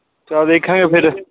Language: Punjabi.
ਚੱਲ ਦੇਖਾਂਗੇ ਫਿਰ